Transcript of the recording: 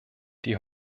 die